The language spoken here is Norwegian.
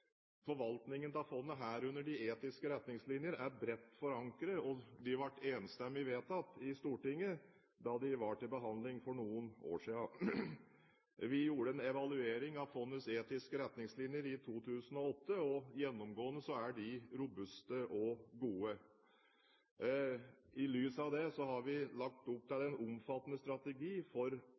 de etiske retningslinjer er bredt forankret; de ble enstemmig vedtatt i Stortinget da de var til behandling for noen år siden. Vi gjorde en evaluering av fondets etiske retningslinjer i 2008, og gjennomgående er de robuste og gode. I lys av det har vi lagt opp til en omfattende strategi for